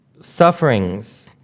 sufferings